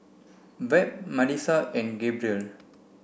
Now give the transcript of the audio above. Webb Malissa and Gabriel